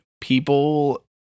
People